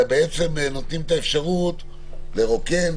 אלא נותנים את האפשרות לרוקן